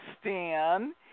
Stan